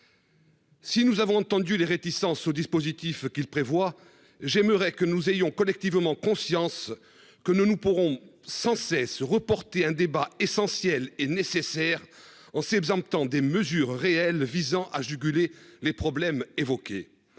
Si nous avons entendu les réticences au dispositif qu'il prévoit, j'aimerais que nous ayons collectivement conscience que nous nous pourrons sans cesse reporter un débat essentiel et nécessaire en septembre temps des mesures réelles visant à juguler les problèmes évoqués.